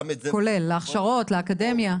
כולל, להכשרות, לאקדמיה.